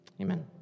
Amen